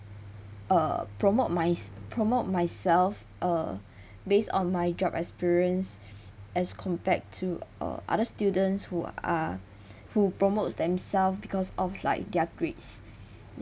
uh promote mys~ promote myself uh based on my job experience as compared to uh other students who are who promotes themselves because of like their grades